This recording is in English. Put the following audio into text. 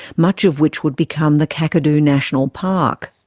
much of which would become the kakadu national park.